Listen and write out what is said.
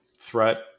threat